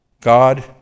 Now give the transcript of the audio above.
God